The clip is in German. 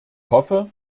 hoffe